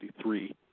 1963